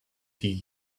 tea